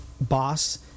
boss